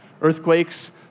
Earthquakes